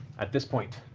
at this point,